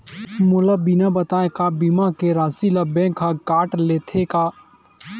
मोला बिना बताय का बीमा के राशि ला बैंक हा कत लेते का?